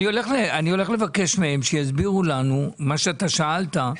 אני הולך לבקש מהם שיסבירו לנו מה שאתה שאלת.